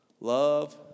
Love